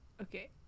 Okay